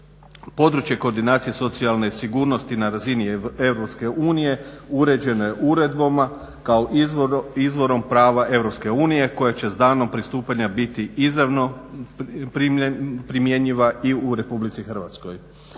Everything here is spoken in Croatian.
Područje koordinacije socijalne sigurnosti na razini je EU uređeno je uredbama kao izvorom prava EU koje će s danom pristupanja biti izravno primjenjiva i u RH.